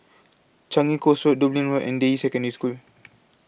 Changi Coast Road Dublin Road and Deyi Secondary School